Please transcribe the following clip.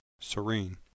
serene